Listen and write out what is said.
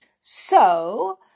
So